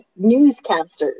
newscasters